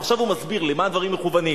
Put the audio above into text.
ועכשיו הוא מסביר למה הדברים מכוונים: